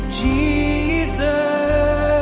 Jesus